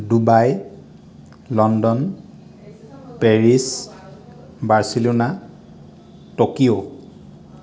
Dubai London Paris Barcelona Tokyo